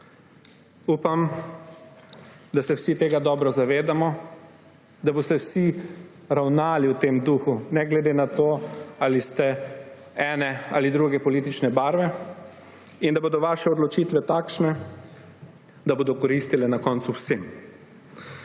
Upam, da se vsi tega dobro zavedamo, da boste vsi ravnali v tem duhu ne glede na to, ali ste ene ali druge politične barve, in da bodo vaše odločitve takšne, da bodo koristile na koncu vsem.